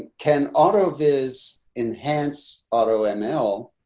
can auto vis enhance auto and ml